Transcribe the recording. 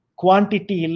quantity